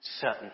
certain